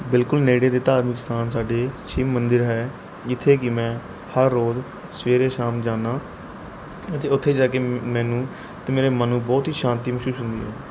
ਬਿਲਕੁਲ ਨੇੜੇ ਦੇ ਧਾਰਮਿਕ ਸਥਾਨ ਸਾਡੇ ਸ਼ਿਵ ਮੰਦਰ ਹੈ ਜਿੱਥੇ ਕਿ ਮੈਂ ਹਰ ਰੋਜ਼ ਸਵੇਰੇ ਸ਼ਾਮ ਜਾਂਦਾ ਅਤੇ ਉੱਥੇ ਜਾ ਕੇ ਮੈਨੂੰ ਅਤੇ ਮੇਰੇ ਮਨ ਨੂੰ ਬਹੁਤ ਹੀ ਸ਼ਾਂਤੀ ਮਹਿਸੂਸ ਹੁੰਦੀ ਹੈ